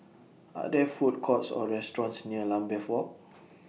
Are There Food Courts Or restaurants near Lambeth Walk